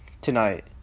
tonight